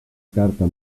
carta